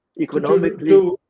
Economically